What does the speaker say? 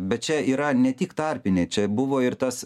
bet čia yra ne tik tarpiniai čia buvo ir tas